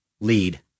lead